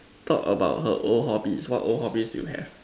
thought about her old hobbies what old hobbies you have